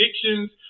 predictions